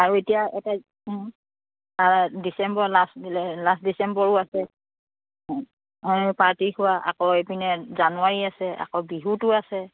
আৰু এতিয়া এটা ডিচেম্বৰ লাষ্ট দিলে লাষ্ট ডিচেম্বৰো আছে পাৰ্টি খোৱা আকৌ এইপিনে জানুৱাৰী আছে আকৌ বিহুটো আছে